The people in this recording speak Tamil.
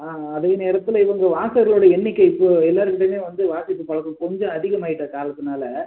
ஆ அதே நேரத்தில் இவங்க வாசகர்களோடைய எண்ணிக்கை இப்போ எல்லாருக்கிட்டேயுமே வந்து வாசிப்பு பழக்கம் கொஞ்சம் அதிகமாகிட்ட காரணத்துனால்